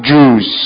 Jews